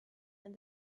and